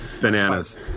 bananas